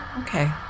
Okay